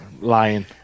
lying